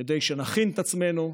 כדי שנכין את עצמנו,